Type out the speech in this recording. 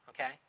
okay